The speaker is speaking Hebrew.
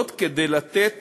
כדי לתת